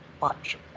watch